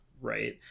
Right